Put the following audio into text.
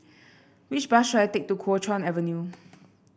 which bus should I take to Kuo Chuan Avenue